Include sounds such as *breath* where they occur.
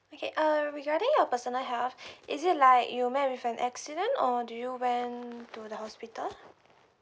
okay uh regarding your personal health *breath* is it like you met with an accident or did you went to the hospital